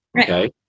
Okay